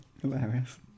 Hilarious